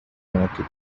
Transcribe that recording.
market